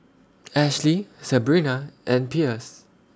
Ashlee Sebrina and Pierce